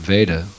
Veda